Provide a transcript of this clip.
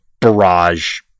barrage